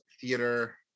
theater